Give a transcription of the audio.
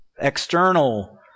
external